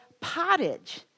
pottage